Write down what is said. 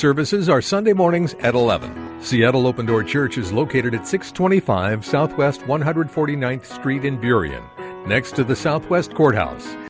services are sunday mornings at eleven seattle open door church is located at six twenty five south west one hundred forty ninth street in period next to the southwest courthouse